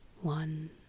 one